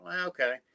okay